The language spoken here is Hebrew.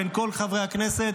בין כל חברי הכנסת,